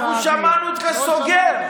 אנחנו שמענו אותך סוגר.